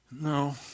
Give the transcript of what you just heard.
No